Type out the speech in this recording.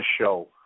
show